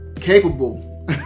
capable